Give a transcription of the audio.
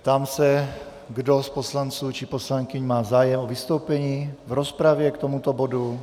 Ptám se, kdo z poslanců či poslankyň má zájem o vystoupení v rozpravě k tomuto bodu.